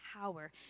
power